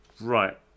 right